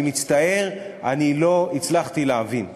אני מצטער, לא הצלחתי להבין.